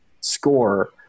score